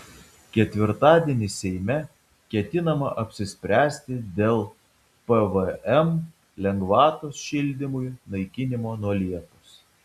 ketvirtadienį seime ketinama apsispręsti dėl pvm lengvatos šildymui naikinimo nuo liepos